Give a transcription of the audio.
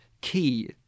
key